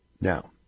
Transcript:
Now